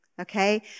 Okay